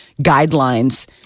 guidelines